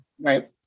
Right